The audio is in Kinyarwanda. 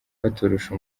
baturusha